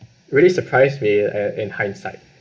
really surprise me uh in hindsight